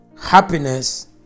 happiness